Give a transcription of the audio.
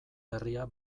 berria